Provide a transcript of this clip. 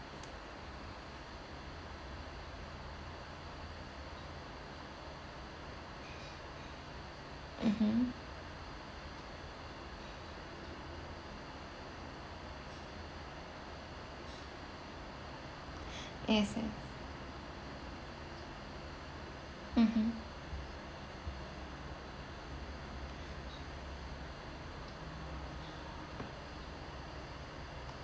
mmhmm yes yes mmhmm